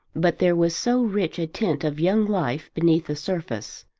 but there was so rich a tint of young life beneath the surface,